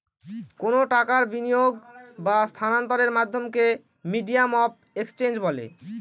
কোনো টাকার বিনিয়োগ বা স্থানান্তরের মাধ্যমকে মিডিয়াম অফ এক্সচেঞ্জ বলে